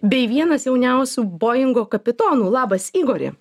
bei vienas jauniausių boingo kapitonų labas igori